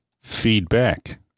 feedback